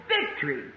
victory